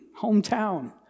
hometown